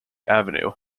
avenue